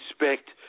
respect